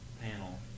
panel